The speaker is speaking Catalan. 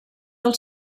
del